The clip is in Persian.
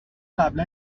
قبلا